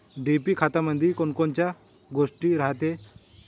DAP खतामंदी कोनकोनच्या गोष्टी रायते?